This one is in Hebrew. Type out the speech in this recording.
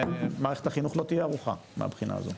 מערכת החינוך לא תהיה ערוכה מהבחינה הזאת.